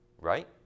right